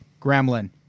Gremlin